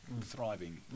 thriving